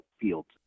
fields